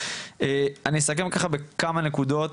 אני אסכם ככה בכמה נקודות,